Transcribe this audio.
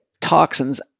toxins